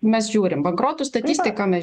mes žiūrim bankrotų statistiką mes